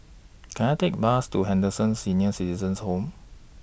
Can I Take A Bus to Henderson Senior Citizens' Home